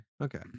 Okay